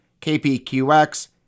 KPQX